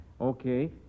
okay